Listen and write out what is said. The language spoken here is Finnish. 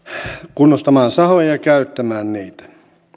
kunnostamaan sahoja ja käyttämään niitä